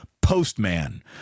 postman